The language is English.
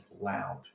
loud